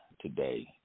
today